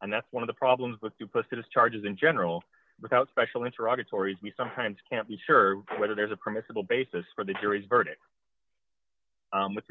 and that's one of the problems with duplicitous charges in general without special interests or easy sometimes can't be sure whether there's a permissible basis for the jury's verdict with